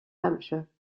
hampshire